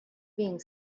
being